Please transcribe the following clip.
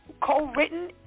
co-written